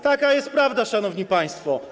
Taka jest prawda, szanowni państwo.